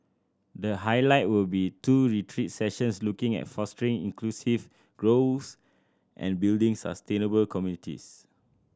the highlight will be two retreat sessions looking at fostering inclusive growth and building sustainable communities